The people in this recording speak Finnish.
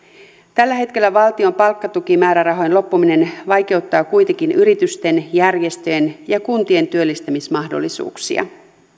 tällä hetkellä valtion palkkatukimäärärahan loppuminen vaikeuttaa kuitenkin yritysten järjestöjen ja kuntien työllistämismahdollisuuksia